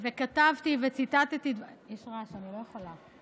וכתבתי וציטטתי, יש רעש, אני לא יכולה.